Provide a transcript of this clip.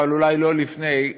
אבל אולי לא לפני,